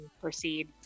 proceed